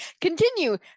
continue